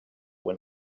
when